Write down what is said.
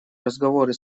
разговоры